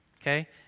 okay